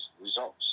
results